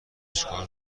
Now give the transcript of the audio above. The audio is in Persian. چیکار